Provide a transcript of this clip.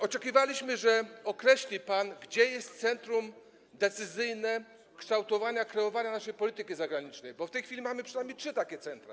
Oczekiwaliśmy, że określi pan, gdzie jest centrum decyzyjne, centrum kształtowania, kreowania naszej polityki zagranicznej, bo w tej chwili mamy przynajmniej trzy takie centra.